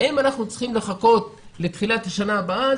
האם אנחנו צריכים לחכות לתחילת השנה הבאה?